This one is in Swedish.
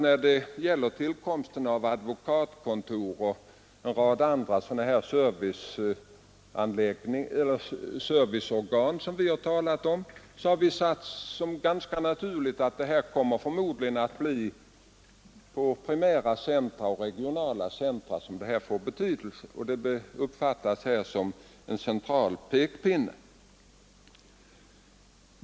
När det gäller tillkomsten av arkitektkontor och en rad andra serviceorgan, har vi sagt — detta har vi sett som ganska naturligt — att det förmodligen kommer att bli i primära och regionala centra som det får betydelse. Detta uppfattas som en central pekpinne.